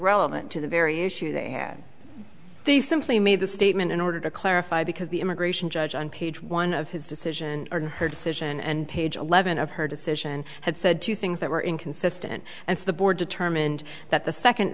relevant to the very issues they simply made the statement in order to clarify because the immigration judge on page one of his decision or her decision and page eleven of her decision had said two things that were inconsistent and the board determined that the second